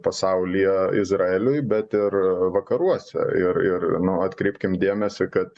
pasaulyje izraeliui bet ir vakaruose ir ir anu atkreipkim dėmesį kad